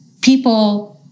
people